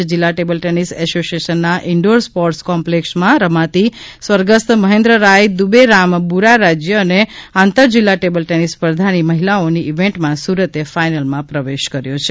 કચ્છ જિલ્લા table tennis એસોસિએશનના indoor sports કોમ્પલેક્ષમાં રમાતી સ્વર્ગસ્થ મહેન્દ્રરાય દુબેરામ બુરા રાજય અને આંતર જિલ્લા ટેબલ ટેનિસ સ્પર્ધાની મહિલાઓની ઇવેન્ટમાં સુરતે ફાઇનલમાં પ્રવેશ કર્યો છે